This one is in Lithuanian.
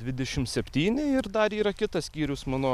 dvidešim septyni ir dar yra kitas skyrius mano